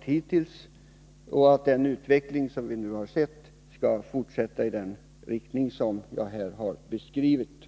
hittills och att utvecklingen skall fortsätta i den riktning som jag här har beskrivit.